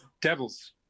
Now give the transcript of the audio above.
Devils